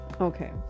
okay